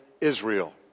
Israel